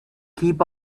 keep